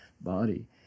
body